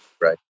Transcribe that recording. right